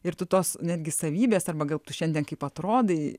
ir tu tos netgi savybės arba gal tu šiandien kaip atrodai